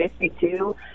52